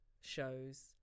shows